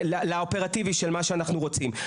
לאופרטיבי של מה שאנחנו רוצים.